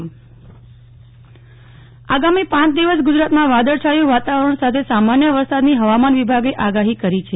નેહલ ઠક્કર હવામાન આગામી પાંચ દિવસ ગુજરાતમાં વાદળછાયું વાતાવરણ સાથે સામાન્ય વરસાદની હવામાન વિભાગે આગાહી કરી છે